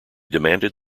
demanded